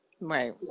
right